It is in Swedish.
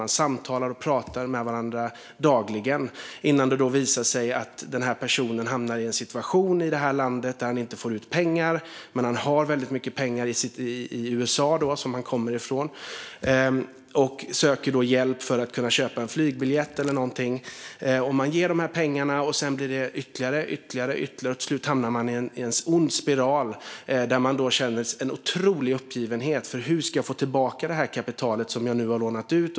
Man samtalar och pratar med varandra dagligen innan det visar sig att den här personen hamnar i en situation i landet där han inte får ut pengar. Men personen har väldigt mycket pengar i USA som han då "kommer ifrån". Han söker då hjälp för att till exempel kunna köpa en flygbiljett. Man ger bort de här pengarna. Sedan blir det ytterligare, ytterligare och ytterligare. Till slut hamnar man i en ond spiral där man känner en otrolig uppgivenhet: Hur ska jag få tillbaka det kapital som jag nu har lånat ut?